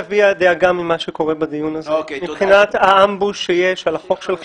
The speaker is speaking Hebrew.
אביע דאגה ממה שקורה בדיון הזה מבחינת האמבוש שיש על החוק שלך.